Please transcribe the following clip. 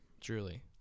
Truly